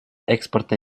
экспорта